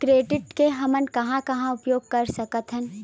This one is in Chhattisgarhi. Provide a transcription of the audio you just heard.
क्रेडिट के हमन कहां कहा उपयोग कर सकत हन?